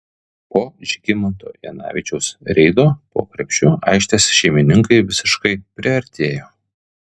po žygimanto janavičiaus reido po krepšiu aikštės šeimininkai visiškai priartėjo